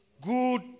good